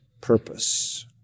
purpose